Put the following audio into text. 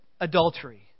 Adultery